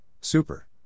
Super